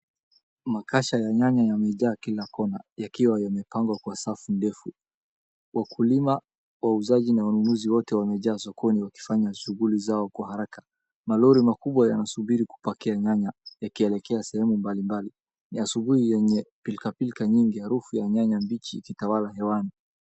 Makasha ya nyanya yamejaa kila kona, yakiwa yamepangwa kwa safu ndefu. Wakulima, wauzaji na wanunuzi wote wamejaa sokoni wakifanya shughuli zao kwa haraka. Malori makubwa yanasubiri kupakia nyanya yakielekea sehemu mbali mbali. Ni asubuhi yenye pilka pilka nyingi harufu ya nyanya mbichi ikitawala hewani.